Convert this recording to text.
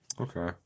Okay